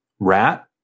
rat